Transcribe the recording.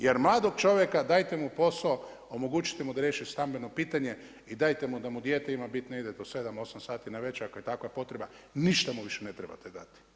Jer mladog čovjeka, dajte mu posao, omogućite mu da riješi stambeno pitanje i dajte mu da mu dijete ima biti negdje do 7, 8 sati navečer ako je takva potreba, ništa mu više ne trebate dati.